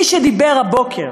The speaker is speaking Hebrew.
מי שדיבר הבוקר